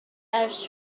ers